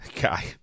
Guy